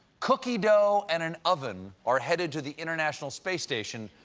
cookie dough and an oven are headed to the international space station,